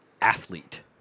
athlete